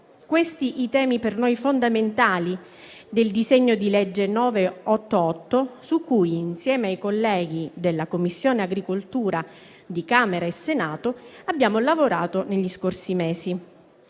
questi i temi per noi fondamentali del disegno di legge n. 988, su cui, insieme ai colleghi della Commissione agricoltura di Camera e Senato, abbiamo lavorato negli scorsi mesi